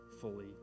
fully